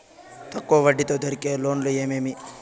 తక్కువ వడ్డీ తో దొరికే లోన్లు ఏమేమి